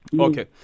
Okay